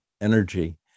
energy